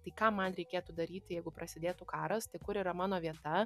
tai ką man reikėtų daryti jeigu prasidėtų karas tai kur yra mano vieta